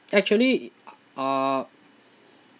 actually uh